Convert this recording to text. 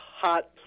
hot